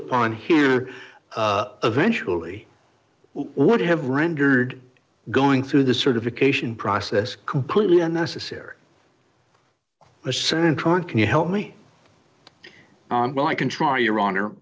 upon here eventually would have rendered going through the certification process completely unnecessary a senator on can you help me on well i can try your honor